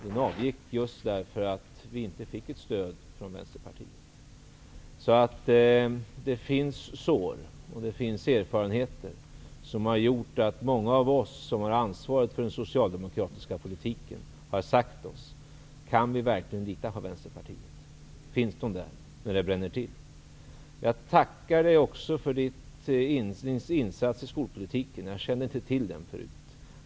Den avgick just därför att vi inte fick stöd från Vänsterpartiet. Det finns alltså sår, och det finns erfarenheter som har gjort att många av oss som har ansvaret för den socialdemokratiska politiken har frågat oss: Kan vi verkligen lita på Vänsterpartiet? Finns man där när det bränner till? Jag tackar också för Johan Lönnroths insats i skolpolitiken. Jag kände inte till den förut.